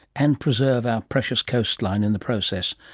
and preserve our precious coastline in the process.